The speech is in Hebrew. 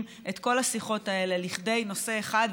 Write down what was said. את כל השיחות האלה לכדי נושא אחד.